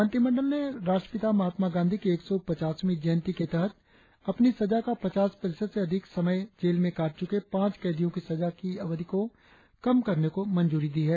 मंत्रिमंडल ने राष्ट्रपिता महात्मा गांधी की एक सौ पचासीवीं जयंती के तहत अपनी सजा का पचास प्रतिशत से अधिक समय जेल में काट चुके पांच कैदियों की सजा की अवधि को कम करने की मंजूरी दे दी है